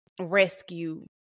rescue